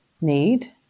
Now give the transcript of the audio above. need